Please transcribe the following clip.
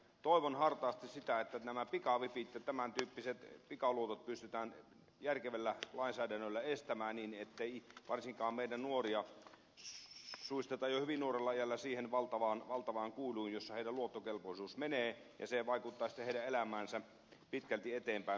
toivon hartaasti sitä että nämä pikavipit ja tämän tyyppiset pikaluotot pystytään järkevällä lainsäädännöllä estämään niin ettei varsinkaan meidän nuoria suisteta jo hyvin nuorella iällä siihen valtavaan kuiluun jossa heidän luottokelpoisuus menee ja se vaikuttaa sitten heidän elämäänsä pitkälti eteenpäin